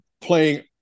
playing